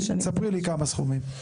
ספרי לי כמה סכומים.